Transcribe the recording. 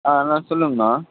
ஆ அண்ணா சொல்லுங்கண்ணா